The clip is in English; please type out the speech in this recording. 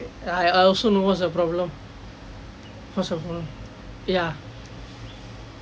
I I also know what's the problem what's the problem